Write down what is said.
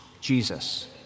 Jesus